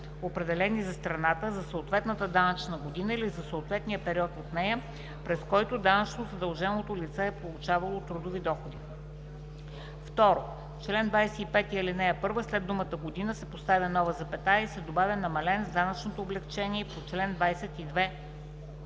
определени за страната за съответната данъчна година или за съответния период от нея, през който данъчно задълженото лице е получавало трудови доходи.“ 2. В чл. 25, ал. 1 след думата „година“ се поставя нова запетая и се добавя „намален с данъчното облекчение по чл. 22е“.